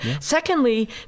Secondly